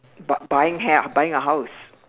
but buying hel~ buying a house